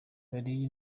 wariye